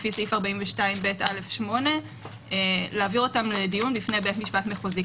לפי סעיף 42ב(א)(8) להעביר לדיון לפני בית משפט מחוזי.